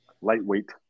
Lightweight